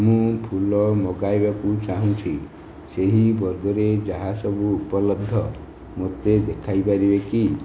ମୁଁ ଫୁଲ ମଗାଇବାକୁ ଚାହୁଁଛି ସେହି ବର୍ଗରେ ଯାହା ସବୁ ଉପଲବ୍ଧ ମୋତେ ଦେଖାଇ ପାରିବେ କି